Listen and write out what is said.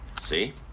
See